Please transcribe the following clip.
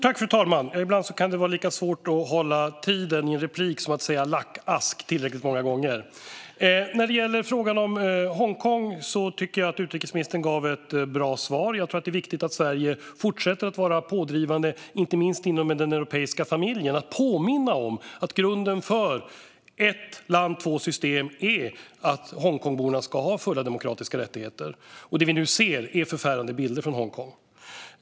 Fru talman! Ett stort tack för detta! Ibland kan det vara lika svårt att hålla tiden i en replik som att säga lackask tillräckligt många gånger. När det gäller frågan om Hongkong tycker jag att utrikesministern gav ett bra svar. Jag tror att det är viktigt att Sverige fortsätter att vara pådrivande, inte minst inom den europeiska familjen, och att påminna om att grunden för ett land, två system är att Hongkongborna ska ha fulla demokratiska rättigheter. Det som vi nu ser är förfärande bilder från Hongkong.